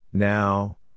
Now